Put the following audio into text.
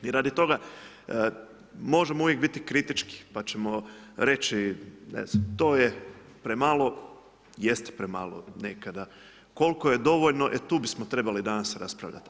I radi toga možemo uvijek biti kritički pa ćemo reći, ne znam, to je premalo, jeste premalo nekada, koliko je dovoljno e tu bismo trebali danas raspravljati.